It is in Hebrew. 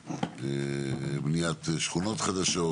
בניית שכונות חדשות,